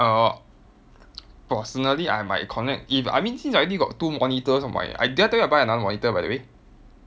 uh personally I might connect if I mean since I already got two monitors on my I did I tell you I buy another monitor by the way